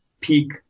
peak